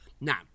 Now